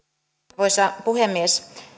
arvoisa puhemies